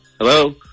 Hello